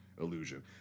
illusion